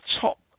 top